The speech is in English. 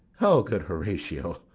o good horatio,